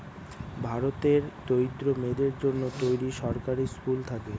ভারতের দরিদ্র মেয়েদের জন্য তৈরী সরকারি স্কুল থাকে